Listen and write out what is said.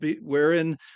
wherein